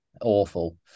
awful